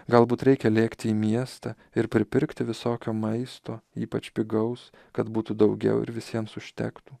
galbūt reikia lėkti į miestą ir pripirkti visokio maisto ypač pigaus kad būtų daugiau ir visiems užtektų